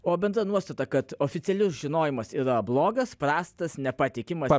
o bendra nuostata kad oficialius žinojimas yra blogas prastas nepatikimas